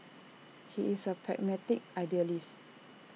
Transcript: he is A pragmatic idealist